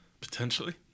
Potentially